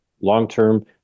long-term